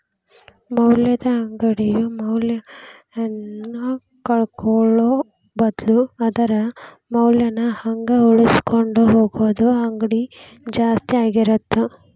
ಮೌಲ್ಯದ ಅಂಗಡಿಯು ಮೌಲ್ಯನ ಕಳ್ಕೊಳ್ಳೋ ಬದ್ಲು ಅದರ ಮೌಲ್ಯನ ಹಂಗ ಉಳಿಸಿಕೊಂಡ ಹೋಗುದ ಅಂಗಡಿ ಆಸ್ತಿ ಆಗಿರತ್ತ